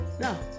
No